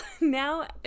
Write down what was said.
now